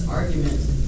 argument